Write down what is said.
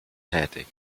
tätig